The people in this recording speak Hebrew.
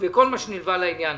כל מה שנלווה לעניין,